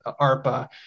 ARPA